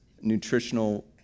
nutritional